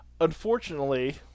unfortunately